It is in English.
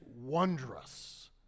wondrous